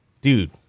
dude